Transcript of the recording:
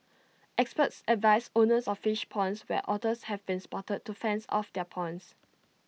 experts advise owners of fish ponds where otters have been spotted to fence off their ponds